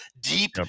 deep